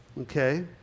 Okay